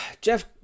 Jeff